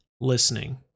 listening